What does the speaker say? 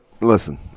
listen